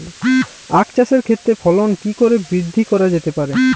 আক চাষের ক্ষেত্রে ফলন কি করে বৃদ্ধি করা যেতে পারে?